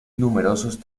numerosos